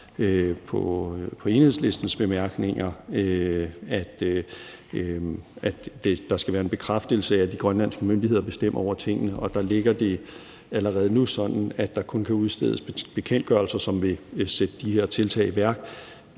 på Enhedslistens bemærkninger, at der skal være en bekræftelse af, at de grønlandske myndigheder bestemmer over tingene. Der ligger det allerede nu sådan, at der kun kan udstedes bekendtgørelser, som vil sætte de her tiltag i værk,